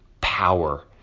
power